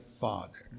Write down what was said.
father